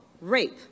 rape